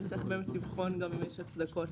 אז נצטרך באמת לבחון גם האם יש הצדקות